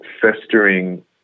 festering